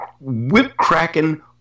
whip-cracking